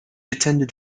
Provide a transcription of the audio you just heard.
attended